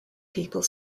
people